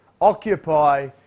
Occupy